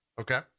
okay